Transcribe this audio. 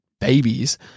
babies –